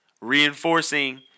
reinforcing